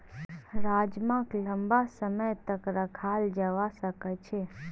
राजमाक लंबा समय तक रखाल जवा सकअ छे